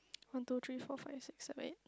one two three four five six seven eight